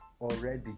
already